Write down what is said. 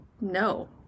no